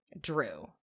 Drew